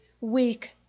weak